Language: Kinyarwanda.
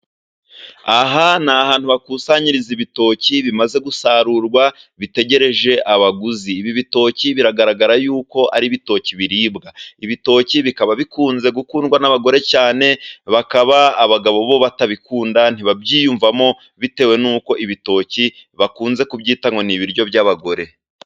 Aha ni ahantu hakusanyiriza ibitoki bimaze gusarurwa, bitegereje abaguzi. Ibi bitoki biragaragara yuko ari ibitoki biribwa. Ibitoki bikaba bikunze gukundwa n'abagore cyane, bakaba abagabo bo batabikunda, ntibabyiyumvamo bitewe n'uko ibitoki bakunze kubyita ngo ni ibiryo by'abagore.